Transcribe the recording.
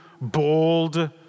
bold